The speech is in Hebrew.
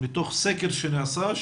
מתוך סקר שנעשה,